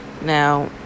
Now